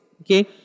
okay